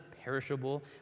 perishable